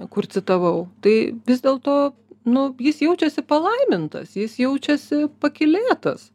kur citavau tai vis dėlto nu jis jaučiasi palaimintas jis jaučiasi pakylėtas